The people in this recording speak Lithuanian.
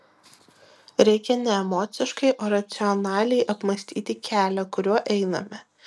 reikia ne emociškai o racionaliai apmąstyti kelią kuriuo einame